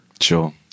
Sure